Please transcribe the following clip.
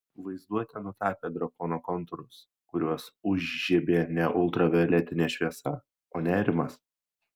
vaizduotė nutapė drakono kontūrus kuriuos užžiebė ne ultravioletinė šviesa o nerimas